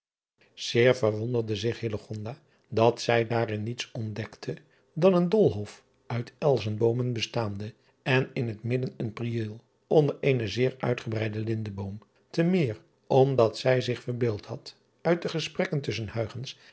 eer verwonderde zich dat zij daarin niets ontdekte dan driaan oosjes zn et leven van illegonda uisman een oolhof uit elzenboomen bestaande en in het midden een rieel onder eenen zeer uitgebreiden lindeboom te meer omdat zij zich verbeeld had uit de gesprekken tusschen